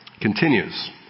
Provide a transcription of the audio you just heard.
Continues